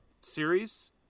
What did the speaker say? series